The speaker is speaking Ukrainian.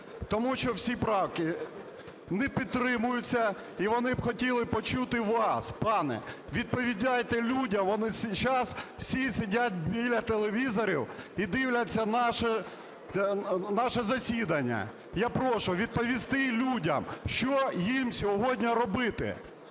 Тому що всі правки не підтримуються, і вони б хотіли почути вас, пане. Відповідайте людям, вони зараз всі сидять біля телевізорів і дивляться наше засідання. Я прошу відповісти людям, що їм сьогодні робити.